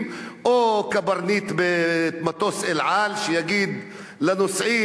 או קברניט במטוס "אל על" שיגיד לנוסעים,